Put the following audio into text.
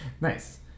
Nice